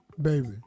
Baby